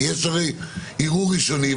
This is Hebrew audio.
יש הרי ערעור ראשוני.